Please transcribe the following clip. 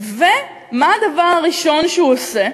ומה הדבר הראשון שהוא עושה?